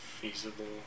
feasible